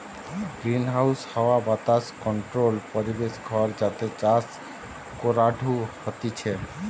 greenhouse হাওয়া বাতাস controlled পরিবেশ ঘর যাতে চাষ করাঢু হতিছে